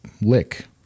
lick